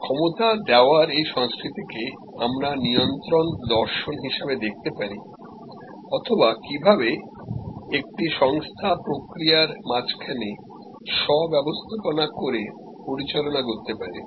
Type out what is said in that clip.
ক্ষমতা দেওয়ার এই সংস্কৃতিকে আমরা নিয়ন্ত্রণ দর্শন হিসেবে অথবা কিভাবে একটি সংস্থা সেলফ মানেজমেন্ট করতে পারে সেই হিসাবে দেখতে পারি